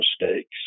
mistakes